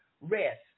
rest